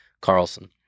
Carlson